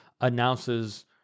announces